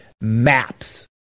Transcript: maps